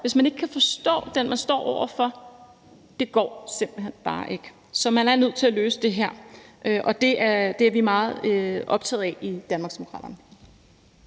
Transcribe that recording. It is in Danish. Hvis man ikke kan forstå den, man står over for, så går det simpelt hen bare ikke, så man er nødt til at løse det her, og det er vi meget optaget i Danmarksdemokraterne.